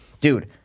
dude